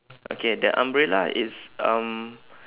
okay the umbrella is um